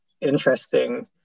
interesting